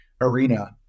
arena